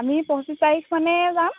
আমি পঁচিছ তাৰিখ মানে যাম